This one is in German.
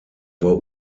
war